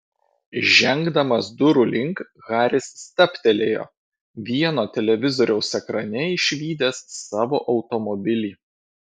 žengdamas durų link haris stabtelėjo vieno televizoriaus ekrane išvydęs savo automobilį